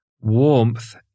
warmth